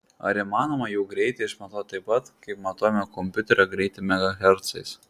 ar įmanoma jų greitį išmatuoti taip pat kaip matuojame kompiuterio greitį megahercais